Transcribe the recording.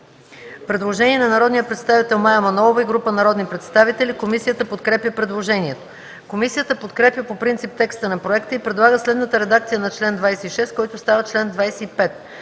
предложение на Мая Манолова и група народни представители. Комисията подкрепя предложението. Комисията подкрепя по принцип текста на проекта и предлага следната редакция на чл. 27: „Чл. 27.